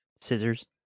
Scissors